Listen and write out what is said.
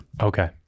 Okay